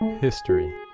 history